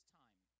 time